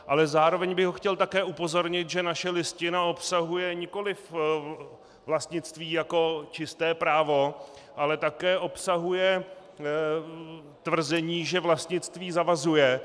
Ale zároveň bych ho chtěl také upozornit, že naše Listina obsahuje nikoliv vlastnictví jako čisté právo, ale také obsahuje tvrzení, že vlastnictví zavazuje.